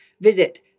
Visit